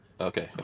Okay